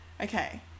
okay